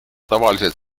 tavaliselt